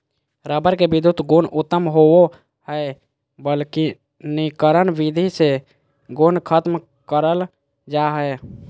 rubber के विधुत गुण उत्तम होवो हय वल्कनीकरण विधि से गुण खत्म करल जा हय